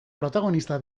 protagonista